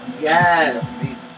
Yes